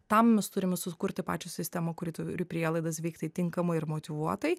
tam mes turime sukurti pačią sistemą kuri turi prielaidas veikti tinkamai ir motyvuotai